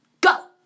Go